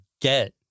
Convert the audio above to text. get